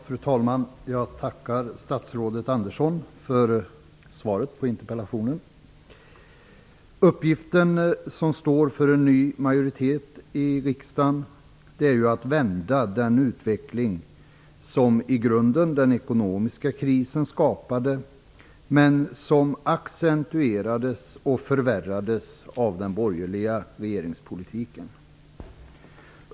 Fru talman! Jag tackar statsrådet Andersson för svaret på min interpellation. Uppgiften som står för en ny majoritet i riksdagen är att vända den utveckling som i grunden skapades av krisen men som accentuerades och förvärrades av den borgerliga regeringspolitiken.